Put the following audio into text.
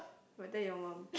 will tell your mum